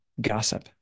gossip